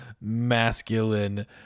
masculine